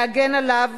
להגן עליו,